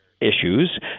issues